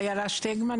איילה שטגמן,